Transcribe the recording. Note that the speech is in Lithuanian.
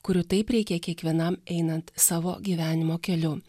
kurių taip reikia kiekvienam einant savo gyvenimo keliu